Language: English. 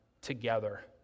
together